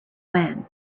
when